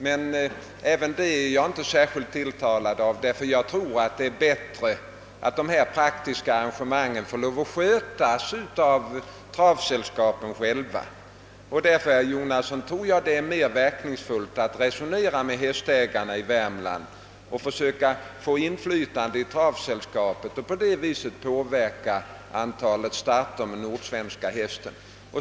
Jag är emellertid inte särskilt tilltalad av det heller. Jag tror nämligen att det är bättre att dessa praktiska arrangemang hästar får skötas av travsällskapen själva. Därför anser jag, herr Jonasson, att det är mera verkningsfullt att resonera med hästägarna i Värmland och försöka att få inflytande i travsällskapen och på det viset påverka antalet starter med nordsvenska hästar.